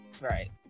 right